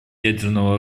ядерного